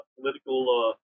political